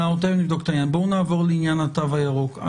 נעבור לעניין התו הירוק.